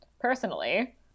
personally